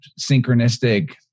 synchronistic